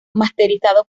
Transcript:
masterizado